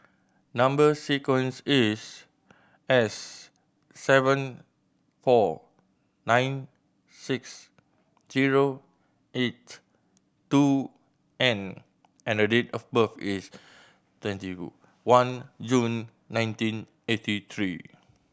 number sequence is S seven four nine six zero eight two N and the date of birth is twenty one June nineteen eighty three